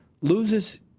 loses